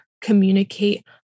communicate